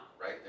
right